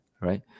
right